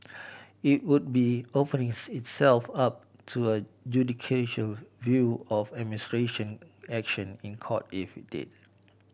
it would be openings itself up to a view of administration action in Court if it did